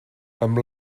amb